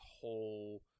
whole